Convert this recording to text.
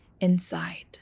inside